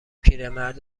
پیرمرد